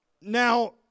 Now